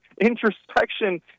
introspection